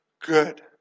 Good